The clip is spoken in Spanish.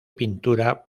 pintura